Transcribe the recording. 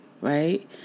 right